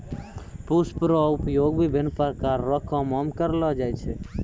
पुष्प रो उपयोग विभिन्न प्रकार रो कामो मे करलो जाय छै